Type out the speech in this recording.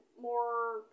more